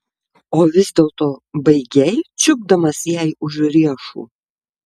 o vis dėlto baigei čiupdamas jai už riešų